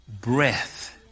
breath